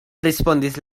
respondis